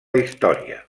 història